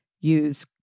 Use